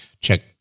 check